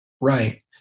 Right